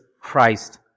Christ